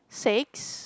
six